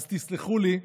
אז תסלחו לי,